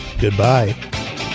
goodbye